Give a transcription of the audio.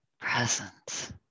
presence